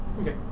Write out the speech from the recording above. Okay